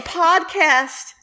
podcast